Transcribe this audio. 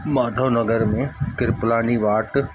कटनी माधवनगर में क्रिपलानी वाट